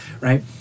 right